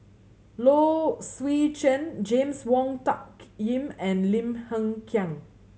Low Swee Chen James Wong Tuck Yim and Lim Hng Kiang